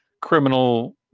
criminal